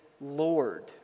Lord